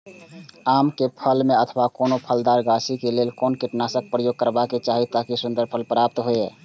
आम क फल में अथवा कोनो फलदार गाछि क लेल कोन कीटनाशक प्रयोग करबाक चाही ताकि सुन्दर फल प्राप्त हुऐ?